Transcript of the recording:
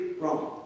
wrong